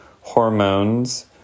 hormones